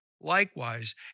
likewise